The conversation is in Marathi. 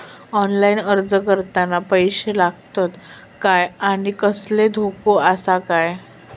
ऑनलाइन अर्ज करताना पैशे लागतत काय आनी कसलो धोको आसा काय?